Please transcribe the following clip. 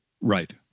Right